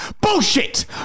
Bullshit